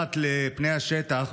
מתחת לפני השטח,